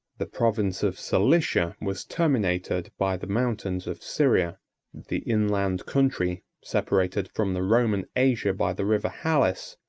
the province of cilicia was terminated by the mountains of syria the inland country, separated from the roman asia by the river halys,